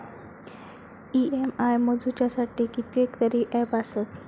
EMI मोजुच्यासाठी कितकेतरी app आसत